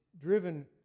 driven